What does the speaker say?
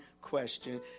question